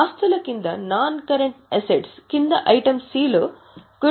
ఆస్తుల క్రింద non current ఆస్తులు క్రింద ఐటమ్ సి లో గుడ్విల్ అంశం పేర్కొనబడింది